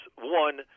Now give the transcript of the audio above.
one